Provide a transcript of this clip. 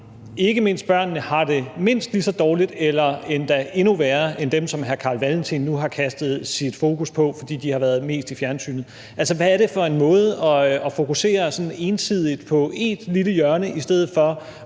ikke mindst børnene har det mindst lige så dårligt eller endda endnu værre end dem, som hr. Carl Valentin nu har kastet sit fokus på, fordi de har været mest i fjernsynet? Altså, hvad er det for en måde at fokusere sådan ensidigt på ét lille hjørne i stedet for